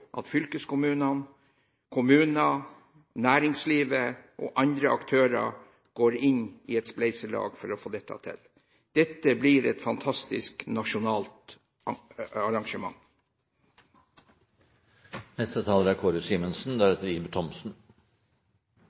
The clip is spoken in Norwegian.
at fylkeskommunene, kommunene, næringslivet og andre aktører går inn i et spleiselag for å få dette til. Dette blir et fantastisk nasjonalt arrangement. Jeg er